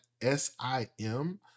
S-I-M